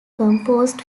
composed